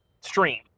stream